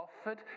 offered